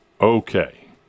Okay